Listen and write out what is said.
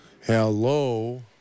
Hello